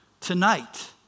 tonight